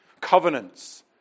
covenants